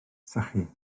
sychu